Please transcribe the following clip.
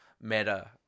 meta